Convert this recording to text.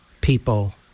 people